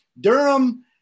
Durham